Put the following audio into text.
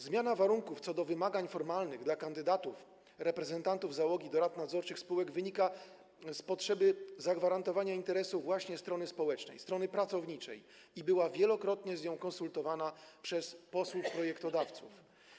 Zmiana warunków co do wymagań formalnych dla kandydatów - reprezentantów załogi do rad nadzorczych wynika z potrzeby zagwarantowania interesu właśnie strony społecznej, strony pracowniczej i była wielokrotnie z nią konsultowana przez posłów projektodawców.